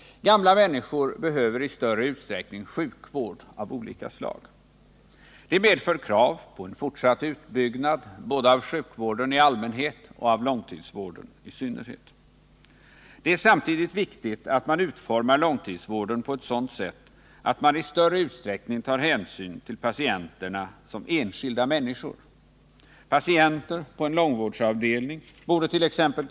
Gamla människor behöver i större utsträckning sjukvård av olika slag. Det medför krav på en fortsatt utbyggnad både av sjukvården i allmänhet och av långtidsvården i synnerhet. Det är samtidigt viktigt att man utformar långtidsvården på ett sådant sätt att man i större utsträckning tar hänsyn till patienterna som enskilda människor. Patienter på en långvårdsavdelning bordet.ex.